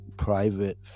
private